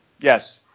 yes